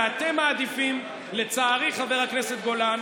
ואתם מעדיפים, לצערי, חבר הכנסת גולן,